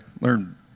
learn